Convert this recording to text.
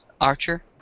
Archer